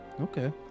Okay